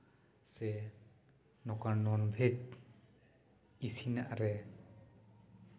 ᱥᱮ ᱱᱚᱝᱠᱟᱱ ᱱᱚᱱᱼᱵᱷᱮᱡᱽ ᱤᱥᱤᱱᱟᱜ ᱨᱮ